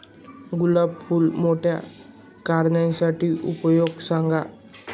गुलाब फूल मोठे करण्यासाठी उपाय सांगा?